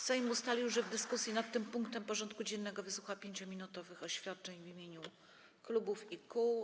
Sejm ustalił, że w dyskusji nad tym punktem porządku dziennego wysłucha 5-minutowych oświadczeń w imieniu klubów i kół.